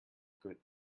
good